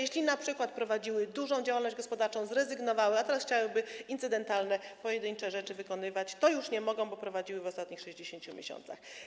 Jeśli np. prowadziły dużą działalność gospodarczą, zrezygnowały, a teraz chciałyby wykonywać incydentalne, pojedyncze rzeczy, to już nie mogą, bo prowadziły w ostatnich 60 miesiącach.